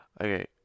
Okay